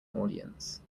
audience